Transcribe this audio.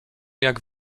jak